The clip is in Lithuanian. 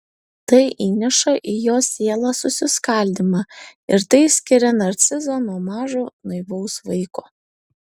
tai įneša į jo sielą susiskaldymą ir tai skiria narcizą nuo mažo naivaus vaiko